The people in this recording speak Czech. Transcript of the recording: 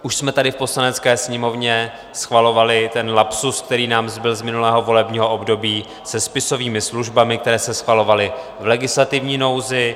Už jsme tady v Poslanecké sněmovně schvalovali ten lapsus, který nám zbyl z minulého volebního období se spisovými službami, které se schvalovaly v legislativní nouzi.